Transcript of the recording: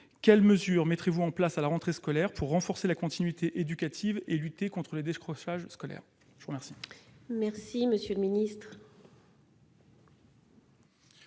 quelles mesures mettrez-vous en place à la rentrée scolaire pour renforcer la continuité éducative et lutter contre le décrochage scolaire ? La parole est à M. le ministre.